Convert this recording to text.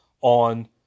on